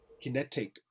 kinetic